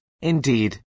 indeed